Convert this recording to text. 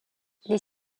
les